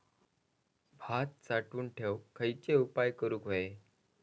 भात साठवून ठेवूक खयचे उपाय करूक व्हये?